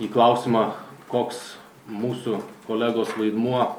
į klausimą koks mūsų kolegos vaidmuo